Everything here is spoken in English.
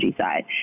side